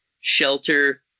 shelter